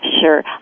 Sure